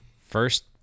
First